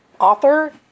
author